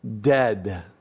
dead